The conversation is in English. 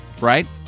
right